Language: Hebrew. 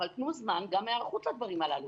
אבל תנו זמן גם להיערכות לדברים הללו.